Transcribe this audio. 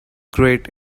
great